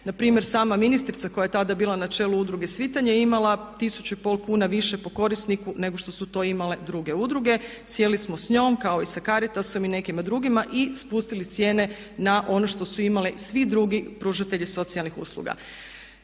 Na primjer, sama ministrica koja je tada bila na čelu udruge „Svitanje“ je imala tisuću i pol kuna više po korisniku, nego što su to imale druge udruge. Sjeli smo s njom kao i sa Caritasom i nekima drugima i spustili cijene na ono što su imali i svi drugi pružatelji socijalnih usluga.